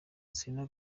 selena